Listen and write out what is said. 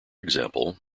example